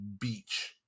beach